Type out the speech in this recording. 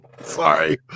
Sorry